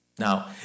Now